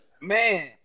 man